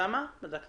שאלתי